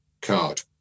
card